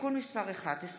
(תיקון מס' 11)